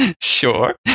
Sure